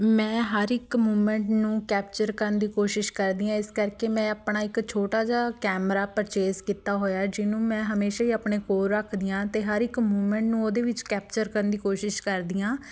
ਮੈਂ ਹਰ ਇੱਕ ਮੂਮੈਂਟ ਨੂੰ ਕੈਪਚਰ ਕਰਨ ਦੀ ਕੋਸ਼ਿਸ਼ ਕਰਦੀ ਹਾਂ ਇਸ ਕਰਕੇ ਮੈਂ ਆਪਣਾ ਇੱਕ ਛੋਟਾ ਜਿਹਾ ਕੈਮਰਾ ਪਰਚੇਜ਼ ਕੀਤਾ ਹੋਇਆ ਹੈ ਜਿਹਨੂੰ ਮੈਂ ਹਮੇਸ਼ਾਂ ਹੀ ਆਪਣੇ ਕੋਲ ਰੱਖਦੀ ਹਾਂ ਅਤੇ ਹਰ ਇੱਕ ਮੂਮੈਂਟ ਨੂੰ ਉਹਦੇ ਵਿੱਚ ਕੈਪਚਰ ਕਰਨ ਦੀ ਕੋਸ਼ਿਸ਼ ਕਰਦੀ ਹਾਂ